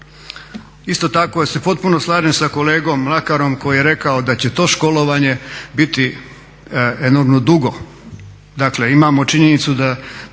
Isto tako ja se potpuno slažem sa kolegom Mlakarom koji je rekao da će to školovanje biti enormno dugo.